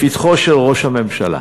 לפתחו של ראש הממשלה.